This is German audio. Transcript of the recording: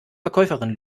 verkäuferin